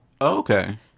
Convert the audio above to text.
okay